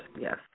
yes